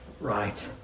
Right